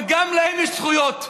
וגם להם יש זכויות.